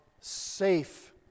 safe